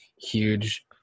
huge